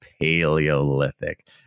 Paleolithic